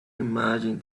imagine